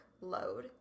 load